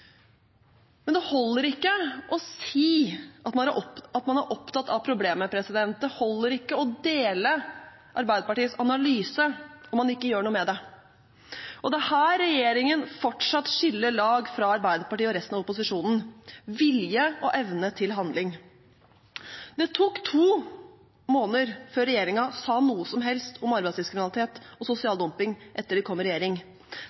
Men det holder ikke å si at man er opptatt av problemet, det holder ikke å dele Arbeiderpartiets analyse, om man ikke gjør noe med det. Og det er her regjeringen fortsatt skiller lag fra Arbeiderpartiet og resten av opposisjonen – når det gjelder vilje og evne til handling. Det tok to måneder før regjeringen sa noe som helst om arbeidslivskriminalitet og